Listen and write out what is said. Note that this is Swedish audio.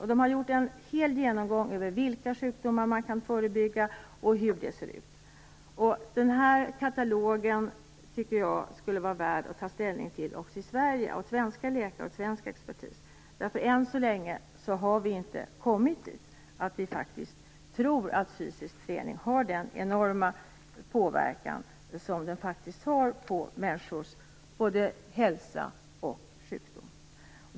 Man har gjort en fullständig genomgång av vilka sjukdomar som kan förebyggas. Jag tycker att det skulle vara värt att också svenska läkare och svensk expertis fick ta ställning till denna katalog. Än så länge har man inte kommit så långt att man tror på att fysisk träning har den enorma påverkan som den faktiskt har på människor när det gäller både hälsa och sjukdom.